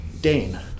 Dane